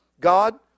God